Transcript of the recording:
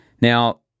Now